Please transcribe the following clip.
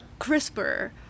CRISPR